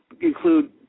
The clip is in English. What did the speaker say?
include